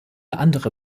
andere